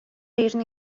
ирнэ